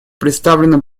представленном